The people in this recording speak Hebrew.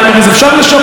אפשר לשבח.